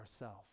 ourself